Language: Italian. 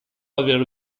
aver